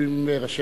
ראש